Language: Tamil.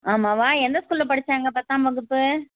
ஆமாவா எந்த ஸ்கூலில் படிச்சாங்க பத்தாம் வகுப்பு